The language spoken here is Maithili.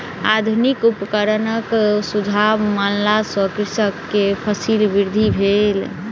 आधुनिक उपकरणक सुझाव मानला सॅ कृषक के फसील वृद्धि भेल